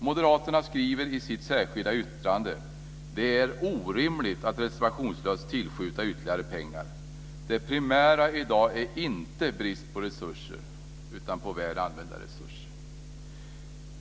Moderaterna skriver i sitt särskilda yttrande: "Det är - orimligt att reservationslöst tillskjuta ytterligare pengar -. Det primära i dag är inte brist på resurser utan på väl använda resurser."